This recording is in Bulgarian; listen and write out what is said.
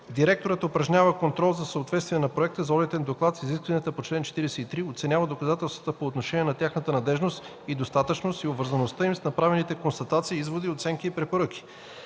Директорът упражнява контрол за съответствие на проекта за одитен доклад с изискванията по чл. 43, оценява доказателствата по отношение на тяхната надеждност и достатъчност и обвързаността им с направените констатации, изводи, оценки и препоръки.